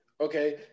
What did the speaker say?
okay